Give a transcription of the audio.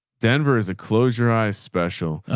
denver is a close your eyes. special.